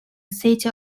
city